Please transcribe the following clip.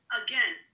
again